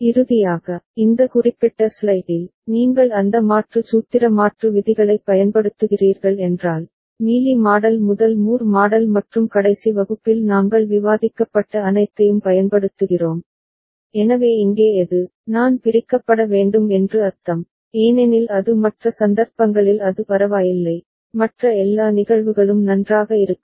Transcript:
இறுதியாக இந்த குறிப்பிட்ட ஸ்லைடில் நீங்கள் அந்த மாற்று சூத்திர மாற்று விதிகளைப் பயன்படுத்துகிறீர்கள் என்றால் மீலி மாடல் முதல் மூர் மாடல் மற்றும் கடைசி வகுப்பில் நாங்கள் விவாதிக்கப்பட்ட அனைத்தையும் பயன்படுத்துகிறோம் எனவே இங்கே எது நான் பிரிக்கப்பட வேண்டும் என்று அர்த்தம் ஏனெனில் அது மற்ற சந்தர்ப்பங்களில் அது பரவாயில்லை மற்ற எல்லா நிகழ்வுகளும் நன்றாக இருக்கும்